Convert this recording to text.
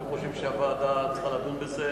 אתם חושבים שהוועדה צריכה לדון בזה?